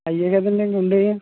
అవే కదండి ఇంకుండేవి